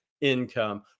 income